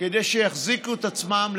כדי שיחזיקו את עצמן,